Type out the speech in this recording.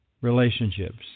relationships